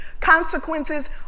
Consequences